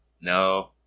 No